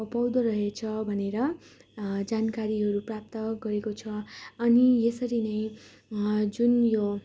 पाउँदोरहेछ भनेर जानकारीहरू प्राप्त गरेको छ अनि यसरी नै जुन यो